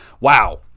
wow